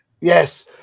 Yes